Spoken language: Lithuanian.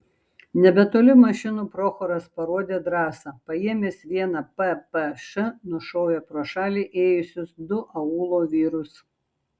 nebetoli mašinų prochoras parodė drąsą paėmęs vieną ppš nušovė pro šalį ėjusius du aūlo vyrus